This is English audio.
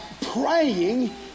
praying